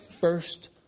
first